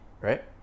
right